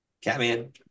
Catman